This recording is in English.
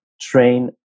train